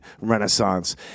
renaissance